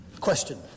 Question